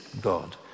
God